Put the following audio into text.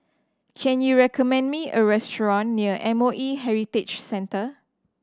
can you recommend me a restaurant near M O E Heritage Centre